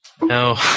no